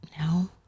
No